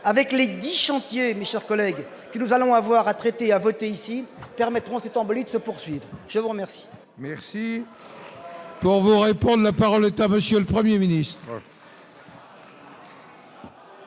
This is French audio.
avec les 10 chantiers mis chers collègues, nous allons avoir à traiter, a voté ici permettront cette embellie se poursuive, je vous remercie,